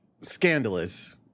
scandalous